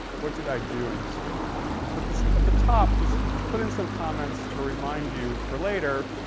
what did i do in this script? so this at the top, just put in some comments to remind you for later,